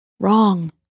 Wrong